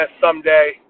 someday